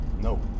No